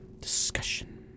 Discussion